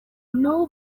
nubwo